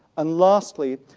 and lastly,